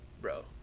bro